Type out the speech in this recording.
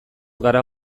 gara